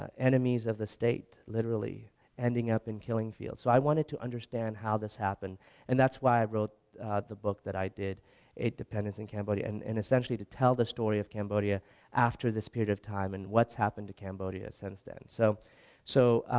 enemies of the state literally ending up in killing fields. so i wanted to understand how this happened and that's why i wrote the book that i did aid dependence in cambodia and and essentially to tell the story of cambodia after this period of time and what's happened to cambodia since then. so so